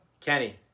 Kenny